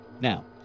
Now